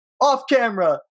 off-camera